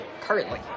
currently